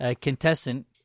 contestant –